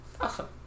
Awesome